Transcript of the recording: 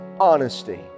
honesty